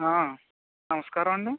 నమస్కారమండి